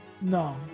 No